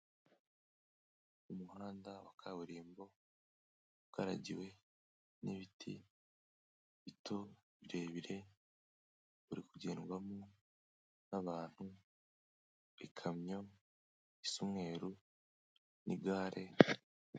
Umuhanda wa kaburimbo ugaragiwe n'ibiti bito, birebire, uri kugendwamo n'abantu, ikamyo isa umweru n'igare.